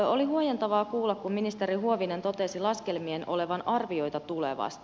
oli huojentavaa kuulla kun ministeri huovinen totesi laskelmien olevan arvioita tulevasta